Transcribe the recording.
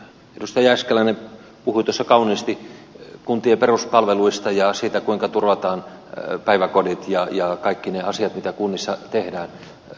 edustaja jääskeläinen puhui tuossa kauniisti kuntien peruspalveluista ja siitä kuinka turvataan päiväkodit ja kaikki ne asiat mitä kunnissa tehdään